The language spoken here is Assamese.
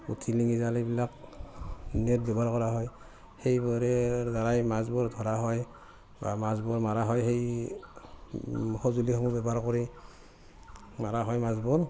পুঠিলেঙি জাল এইবিলাক নেট ব্যৱহাৰ কৰা হয় সেইবোৰৰ দ্বাৰাই মাছবোৰ ধৰা হয় বা মাছবোৰ মৰা হয় সেই সঁজুলিসমূহ ব্যৱহাৰ কৰি মৰা হয় মাছবোৰ